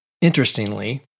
Interestingly